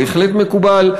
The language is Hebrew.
בהחלט מקובל.